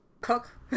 cook